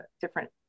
different